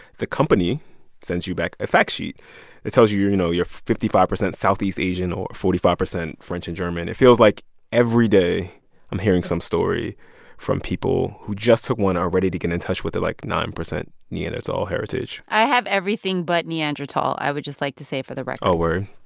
the company sends you back a fact sheet that tells you, you know, you're fifty five percent southeast asian or forty five percent french and german. it feels like every day i'm hearing some story from people who just took one and are ready to get in touch with their, like, nine percent neanderthal heritage i have everything but neanderthal, i would just like to say for the record oh, word.